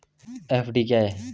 FD क्या है?